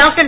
doctor